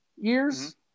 years